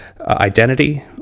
identity